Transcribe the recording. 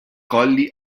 colli